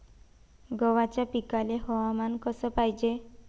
गव्हाच्या पिकाले हवामान कस पायजे?